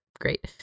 great